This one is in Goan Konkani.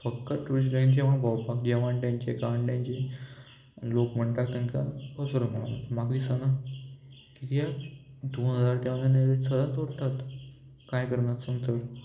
फक्त ट्युरिस्ट लायनी भोंवपाक जेवण तेंचे कांय तेंचे लोक म्हणटा तेंकां कचरो म्हणोन म्हाका दिसना कित्याक दोन हजार ऑन एन एवरेज ते सदांच जोडटात कांय करनासतान चड